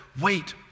wait